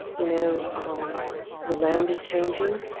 you know, um the land is changing.